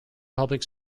public